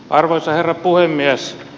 arvoisa herra puhemies